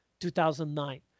2009